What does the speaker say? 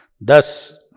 Thus